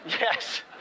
Yes